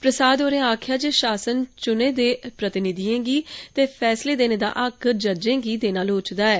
प्रसाद होरें आक्खेआ जे शासन चुने दे प्रतिनिधिएं गी ते फैसले देने दा हक्क जजें गी देना लोड़वदा ऐ